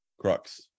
Crux